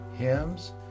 hymns